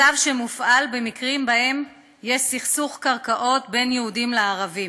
צו שמופעל במקרים שבהם יש סכסוך קרקעות בין יהודים לערבים,